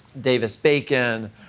Davis-Bacon